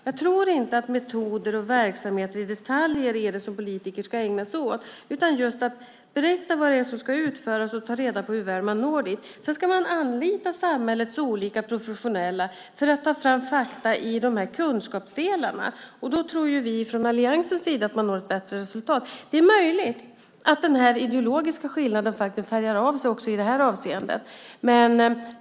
Jag tror inte att politiker ska ägna sig åt metoder och verksamheter i detalj, utan de ska berätta vad det är som ska utföras och ta reda på hur väl man når dit. Man ska anlita samhällets olika professionella för att ta fram fakta i kunskapsdelarna. Då tror vi i alliansen att man når ett bättre resultat. Det är möjligt att den ideologiska skillnaden färgar av sig också i det här avseendet.